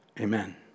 amen